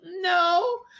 no